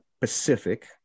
Pacific